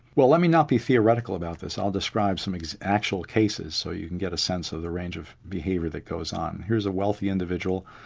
well let me not be theoretical about this. i'll describe some of these actual cases, so you can get a sense of a range of behaviour that goes on. here's a wealthy individual,